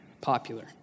popular